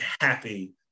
happy